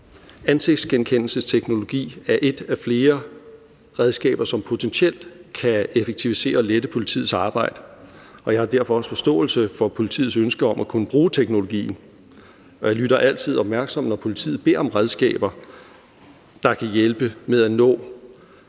Ansigtsgenkendelsesteknologi er et af flere redskaber, som potentielt kan effektivisere og lette politiets arbejde. Jeg har derfor forståelse for politiets ønske om at kunne bruge teknologien, og jeg lytter altid opmærksomt, når politiet beder om redskaber, der kan hjælpe med at nå